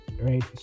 right